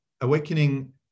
Awakening